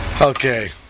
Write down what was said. Okay